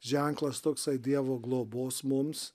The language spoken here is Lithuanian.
ženklas toksai dievo globos mums